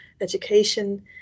education